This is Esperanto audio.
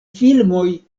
filmoj